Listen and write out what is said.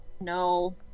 No